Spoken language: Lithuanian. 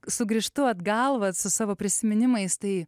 sugrįžtu atgal vat su savo prisiminimais tai